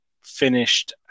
finished